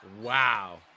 Wow